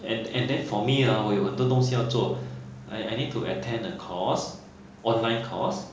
and and then for me ha 我有很多东西要做 I I need to attend a course online course